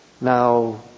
Now